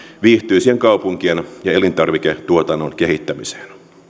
viihtyisien kaupunkien ja elintarviketuotannon kehittämiseen